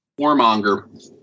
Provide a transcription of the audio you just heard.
warmonger